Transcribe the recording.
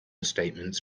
statements